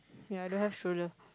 ya I don't have shoulder